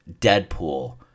Deadpool